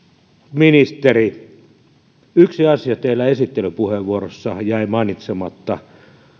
ministeri yksi asia teillä esittelypuheenvuorossa jäi mainitsematta